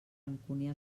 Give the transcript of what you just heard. rancúnia